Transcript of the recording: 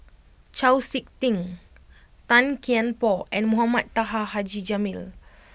Chau Sik Ting Tan Kian Por and Mohamed Taha Haji Jamil